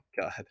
god